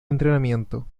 entrenamiento